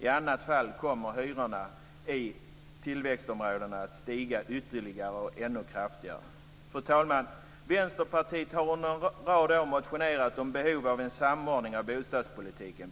I annat fall kommer hyrorna i tillväxtområdena att stiga ytterligare och ännu kraftigare. Fru talman! Vänsterpartiet har under en rad år motionerat om behovet av en samordning av bostadspolitiken.